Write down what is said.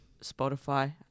Spotify